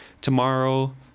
Tomorrow